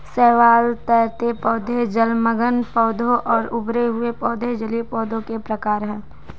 शैवाल, तैरते पौधे, जलमग्न पौधे और उभरे हुए पौधे जलीय पौधों के प्रकार है